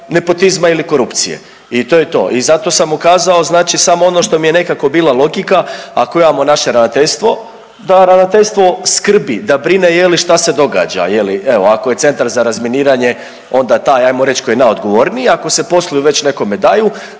nepotizma ili korupcije. I to je to. I zato sam ukazao znači samo ono što mi je nekako bila logika, ako imamo naše ravnateljstvo da ravnateljstvo skrbi, da brine je li šta se događa je li. Evo, ako je Centar za razminiranje onda taj ajmo reći koji je najodgovorniji, ako se poslovi već nekome daju